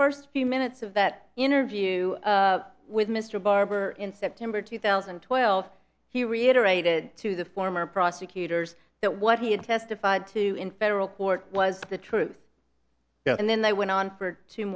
first few minutes of that interview with mr barber in september two thousand and twelve he reiterated to the former prosecutors that what he had testified to in federal court was the truth and then they went on for two